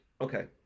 okay